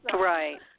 Right